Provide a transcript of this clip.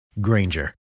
Granger